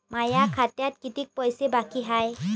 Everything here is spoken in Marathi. माया खात्यात कितीक पैसे बाकी हाय?